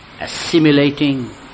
assimilating